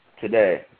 today